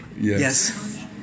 Yes